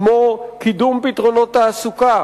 כמו קידום פתרונות תעסוקה,